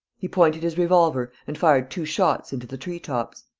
he pointed his revolver and fired two shots into the tree-tops.